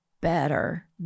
better